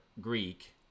Greek